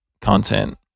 content